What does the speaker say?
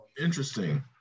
interesting